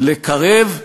לקרב,